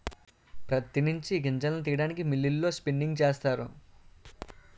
ప్రత్తి నుంచి గింజలను తీయడానికి మిల్లులలో స్పిన్నింగ్ చేస్తారు